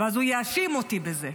ואז הוא יאשים אותי בזה.